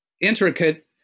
intricate